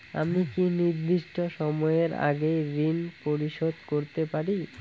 আমি কি নির্দিষ্ট সময়ের আগেই ঋন পরিশোধ করতে পারি?